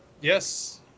Yes